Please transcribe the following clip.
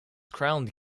crowned